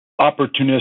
opportunistic